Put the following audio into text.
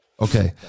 Okay